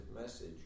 message